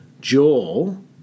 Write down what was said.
Joel